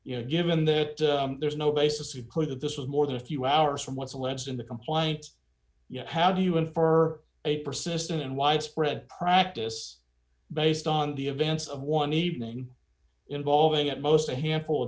you know given that there's no basis to put that this was more than a few hours from what's alleged in the complaints yet how do you infer a persistent and widespread practice based on the events of one evening involving at most a handful of